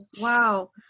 Wow